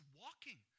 walking